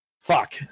Fuck